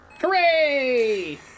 Hooray